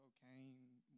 cocaine